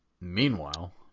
meanwhile